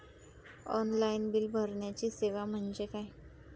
Online bill भरण्याची सेवा म्हणजे काय?